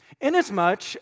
Inasmuch